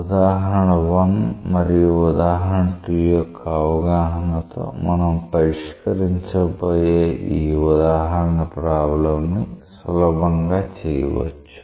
ఉదాహరణ 1 మరియు ఉదాహరణ 2 యొక్క అవగాహనతో మనం పరిష్కరించబోయే ఈ ఉదాహరణ ప్రాబ్లం ని సులభంగా చెయ్యవచు